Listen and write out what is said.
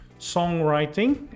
songwriting